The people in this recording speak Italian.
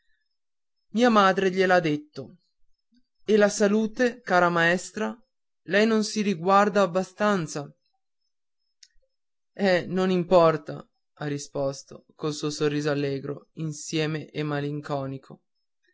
mia madre glie l'ha detto e la salute cara maestra lei non si riguarda abbastanza eh non importa ha risposto col suo sorriso allegro insieme e malinconico